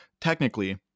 Technically